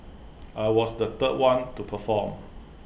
I was the third one to perform